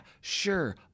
sure